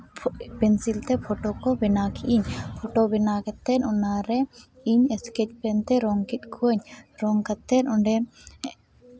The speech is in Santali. ᱯᱮᱱᱥᱤᱞ ᱛᱮ ᱯᱷᱳᱴᱳ ᱠᱚ ᱵᱮᱱᱟᱣ ᱠᱮᱭᱟᱹᱧ ᱯᱷᱳᱴᱳ ᱵᱮᱱᱟᱣ ᱠᱟᱛᱮᱫ ᱚᱱᱟᱨᱮ ᱤᱧ ᱥᱠᱮᱪ ᱯᱮᱱ ᱛᱮ ᱨᱚᱝ ᱠᱮᱫ ᱠᱚᱣᱟᱧ ᱨᱚᱝ ᱠᱟᱛᱮᱫ ᱚᱸᱰᱮ